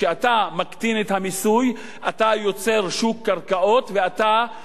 כשאתה מקטין את המיסוי אתה יוצר שוק קרקעות ואתה